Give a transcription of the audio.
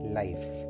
life